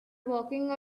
walking